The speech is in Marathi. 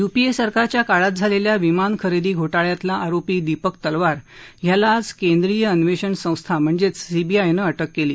युपीए सरकारच्या काळात झालेल्या विमान खरेदी घोटाळ्यातला आरोपी दीपक तलवार याला आज केंद्रीय अन्वेषण संस्था म्हणजेच सीबीआय ने अटक केली